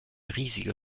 riesige